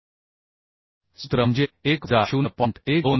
सूत्र म्हणजे 1 वजा 0